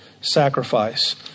sacrifice